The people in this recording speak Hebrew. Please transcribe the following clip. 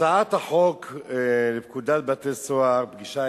הצעת החוק לתיקון פקודת בתי-הסוהר (פגישת